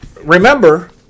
remember